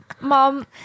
Mom